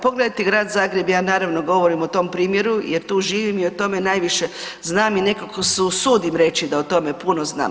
Pogledajte grad Zagreb, ja naravno govorim o tom primjeru jer tu živim i o tome najviše znam i nekako se usudim reći da o tome puno znam.